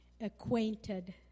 acquainted